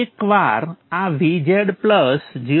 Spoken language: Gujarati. એકવાર આ Vz 0